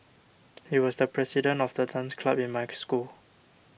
he was the president of the dance club in my school